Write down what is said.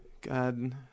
God